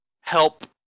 help